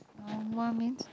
lao nua means